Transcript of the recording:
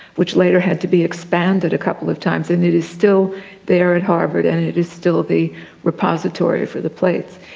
which later had to be expanded a couple of times, and it is still there at harvard, and it it is still the repository for the plates.